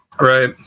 Right